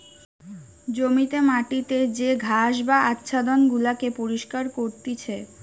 জমিতে মাটিতে যে ঘাস বা আচ্ছাদন গুলাকে পরিষ্কার করতিছে